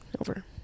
over